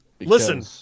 Listen